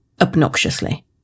Obnoxiously